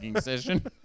session